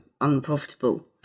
unprofitable